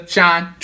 Shine